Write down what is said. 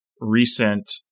recent